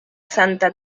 santa